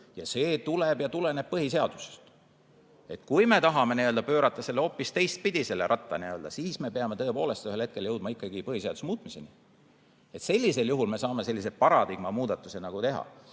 ja see tuleneb põhiseadusest. Kui me tahame pöörata selle ratta hoopis teistpidi, siis me peame tõepoolest ühel hetkel jõudma ikkagi põhiseaduse muutmiseni. Sellisel juhul me saame sellise paradigma muudatuse teha.